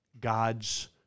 God's